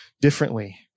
differently